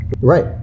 Right